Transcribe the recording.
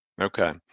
okay